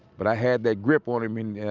but i had that grip on him and yeah